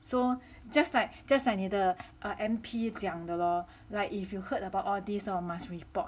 so just like just like 你的 M_P 讲的 lor like if you heard about all this hor must report